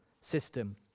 system